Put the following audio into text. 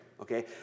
okay